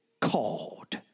called